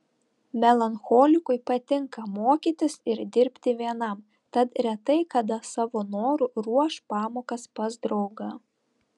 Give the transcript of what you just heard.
melancholikui patinka mokytis ir dirbti vienam tad retai kada savo noru ruoš pamokas pas draugą